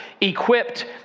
equipped